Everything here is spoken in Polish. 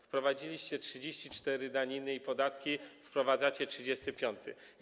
Wprowadziliście 34 daniny i podatki, wprowadzacie 35.